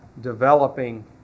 developing